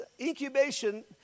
incubation